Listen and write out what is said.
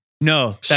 No